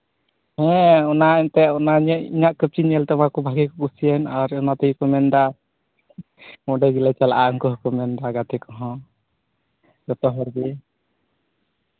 ᱦᱮᱸ ᱚᱱᱟ ᱮᱱᱛᱮᱜ ᱚᱱᱟ ᱤᱧᱟᱹᱜ ᱠᱟᱹᱢᱪᱤ ᱧᱮᱞᱛᱮ ᱵᱷᱟᱜᱮ ᱜᱮᱠᱚ ᱠᱩᱥᱤᱭᱮᱱ ᱟᱨ ᱚᱱᱟ ᱛᱮᱜᱮ ᱠᱚ ᱢᱮᱱᱫᱟ ᱱᱚᱸᱰᱮ ᱜᱮᱞᱮ ᱪᱟᱞᱟᱜᱼᱟ ᱩᱱᱠᱩ ᱠᱚᱦᱚᱸ ᱢᱮᱱᱫᱟ ᱜᱟᱛᱮ ᱠᱚᱦᱚᱸ ᱡᱚᱛᱚᱦᱚᱲᱜᱮ